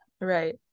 Right